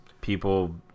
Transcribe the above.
people